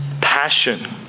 passion